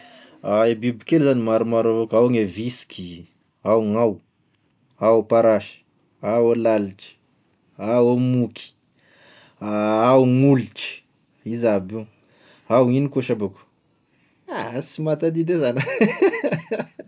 Ah i bibikely zany e maromaro avao ka: ao gne visiky, ao gn'hao, ao parasy, ao a lalitry, ao moky, ao gn'holitry, izy aby io, ao gn'ino aby shabako, ah! sy mahatadidy e zany a.